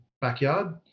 backyard